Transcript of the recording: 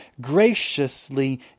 graciously